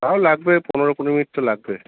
আমার লাগবে পনেরো কুড়ি মিনিট তো লাগবে